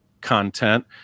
content